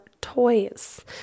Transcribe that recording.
toys